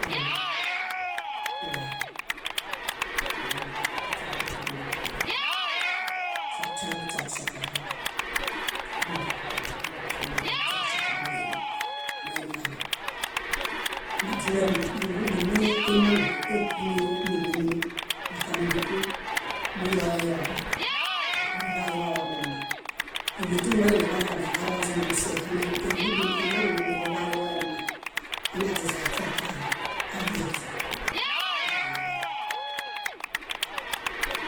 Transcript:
Õõ muḃaye, muḃay baśeḃariŋe afiamiġaɭo miinisotian niġuśeġuŝẽko ereḃay. Mumueŋe bariŋebuxamiḃuḃay kuśeġuŝẽko mumieŋe. Moimiġaɭo naźiɭomi íġudun nimangu igũ niimimimimi mata mímitu muyoyeyoma, órere ayowamo mma. Íleźum waineġadianiġaroze níġuseġa me éġudun emangu órere ayoemma. Añaźaźaeśetãhe, áleezo kaɭo nirẽe.